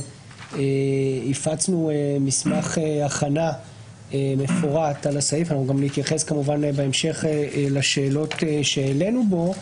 הפצנו מסמך הכנה מפורט על הסעיף ובהמשך כמובן נתייחס לשאלות שהעלינו בו.